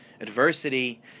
adversity